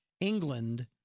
England